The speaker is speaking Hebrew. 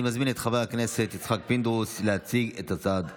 אני מזמין את חבר הכנסת יצחק פינדרוס להציג את הצעת החוק.